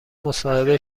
مصاحبه